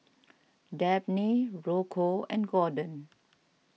Dabney Rocco and Gorden